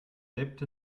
dipped